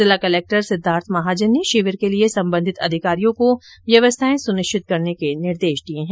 जिला कलक्टर सिद्दार्थ महाजन ने शिविर के लिए संबंधित अधिकारियों को व्यवस्थाएं सुनिश्चित करने के निर्देश दिये है